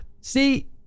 See